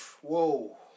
Whoa